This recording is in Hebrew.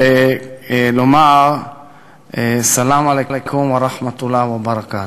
ולומר סלאם עליכום ורחמאת אללה וברכתו.